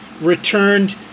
returned